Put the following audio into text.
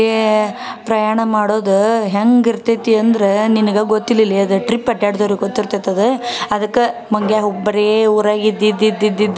ಲೇ ಪ್ರಯಾಣ ಮಾಡೋದು ಹೇಗ್ ಇರ್ತೈತಿ ಅಂದ್ರೆ ನಿನಗೆ ಗೊತ್ತಿಲ್ಲಲೇ ಅದು ಟ್ರಿಪ್ ಅಡ್ಯಾಡ್ದವ್ರಿಗೆ ಗೊತ್ತಿರ್ತದೆ ಅದು ಅದಕ್ಕೆ ಮಂಗ್ಯ ಹೋಗು ಬರೀ ಊರಾಗ ಇದ್ದು ಇದ್ದು ಇದ್ದು ಇದ್ದು ಇದ್ದು